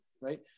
right